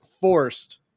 forced